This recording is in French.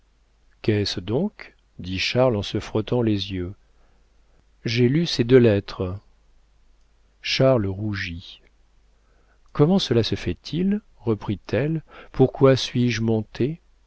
qu'est-ce donc dit charles en se frottant les yeux j'ai lu ces deux lettres charles rougit comment cela s'est-il fait reprit-elle pourquoi suis-je